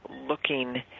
looking